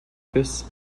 fils